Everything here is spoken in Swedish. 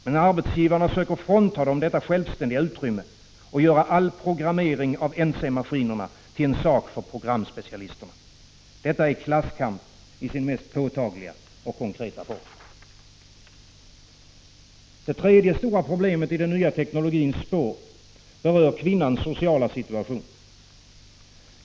Men arbetsgivarna söker frånta dem detta utrymme för självständighet och göra all programmering av NC-maskinerna till en sak för programspecialisterna. Detta är klasskamp i dess mest konkreta form. Det tredje stora problemet i den nya teknologins spår berör kvinnans sociala situation.